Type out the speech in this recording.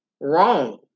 wrong